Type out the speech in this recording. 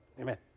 amen